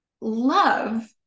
love